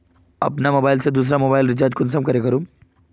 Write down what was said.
अपना मोबाईल से दुसरा मोबाईल रिचार्ज कुंसम करे करूम?